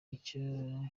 icyo